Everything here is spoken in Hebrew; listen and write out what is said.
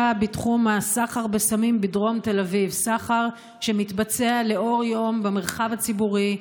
בתחום הסחר בסמים בדרום תל אביב: סחר שמתבצע לאור היום במרחב הציבורי,